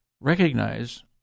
recognize